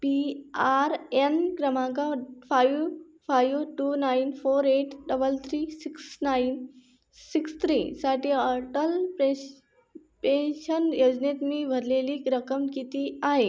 P R N क्रमांक five five two nine four eight double three six nine six थ्रीसाठी अटल पेस् pension योजनेत मी भरलेली रक्कम किती आहे